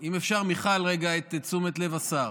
אם אפשר, מיכל, רגע את תשומת לב השר.